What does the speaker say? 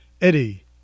Eddie